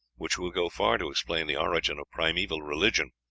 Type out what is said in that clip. which will go far to explain the origin of primeval religion,